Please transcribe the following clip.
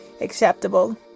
acceptable